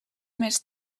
més